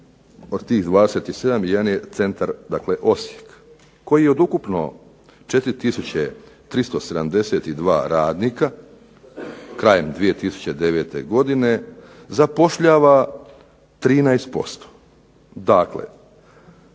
od tih 27 jedan je centar dakle Osijek koji od ukupno 4372 radnika krajem 2009. godine zapošljava 13%. Dakle,